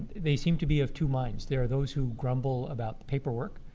they seem to be of two minds. there are those who grumble about the paperwork.